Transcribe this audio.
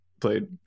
played